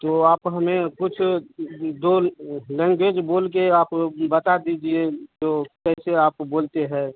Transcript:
तो आप हमें कुछ दो लैंग्वेज बोल के आप बता दीजिए तो कैसे आप बोलते हैं